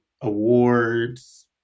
awards